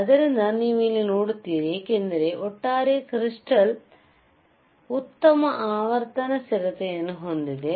ಆದ್ದರಿಂದ ನೀವು ಇಲ್ಲಿ ನೋಡುತ್ತೀರಿ ಏಕೆಂದರೆ ಒಟ್ಟಾರೆ ಕೃಸ್ಟಾಲ್ ಉತ್ತಮ ಆವರ್ತನ ಸ್ಥಿರತೆಯನ್ನು ಹೊಂದಿದೆ